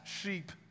sheep